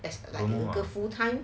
as the full time